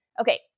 Okay